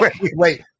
wait